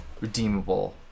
redeemable